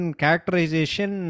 characterization